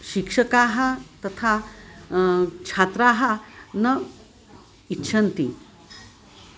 शिक्षकाः तथा छात्राः न इच्छन्ति